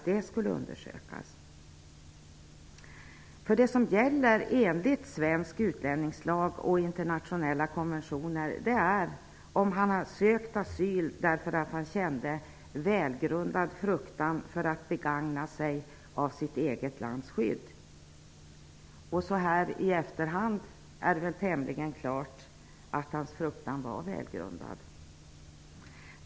Det som gäller enligt svensk utlänningslag och internationella konventioner är om han sökte asyl därför att han kände välgrundad fruktan för att begagna sig av sitt eget lands skydd. Så här i efterhand står det väl tämligen klart att hans fruktan var välgrundad.